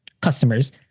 customers